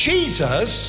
Jesus